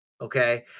Okay